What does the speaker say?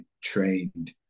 trained